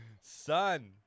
son